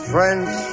French